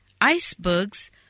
Icebergs